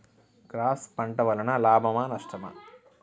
Cross పంట వలన లాభమా నష్టమా?